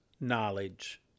knowledge